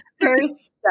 first